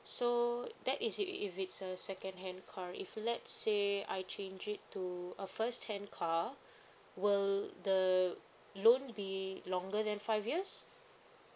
so that is if if it's a second hand car if let's say I change it to a first hand car will the loan be longer than five years